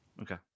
Okay